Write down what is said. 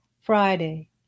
Friday